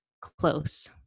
close